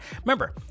remember